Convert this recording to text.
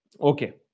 Okay